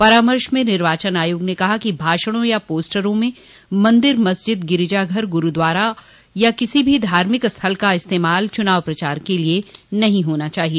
परामर्श में निर्वाचन आयोग ने कहा कि भाषणों या पोस्टरों में मंदिर मस्जिद गिरजाघर गुरूद्वारा और किसी भी धार्मिक स्थल का इस्तेमाल चुनाव प्रचार के लिए नहीं होना चाहिए